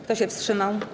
Kto się wstrzymał?